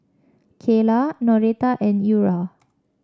Kaela Noretta and Eura